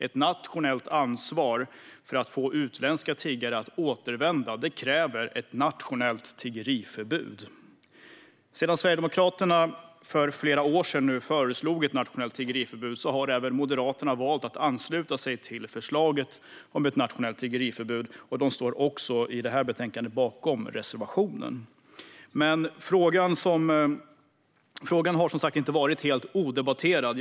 Ett nationellt ansvar för att få utländska tiggare att återvända kräver ett nationellt tiggeriförbud. Sedan Sverigedemokraterna för flera år sedan föreslog ett nationellt tiggeriförbud har nu även Moderaterna valt att ansluta sig till förslaget om ett nationellt tiggeriförbud, och de står också bakom reservationen i detta betänkande. Frågan har som sagt inte varit helt odebatterad.